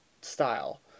style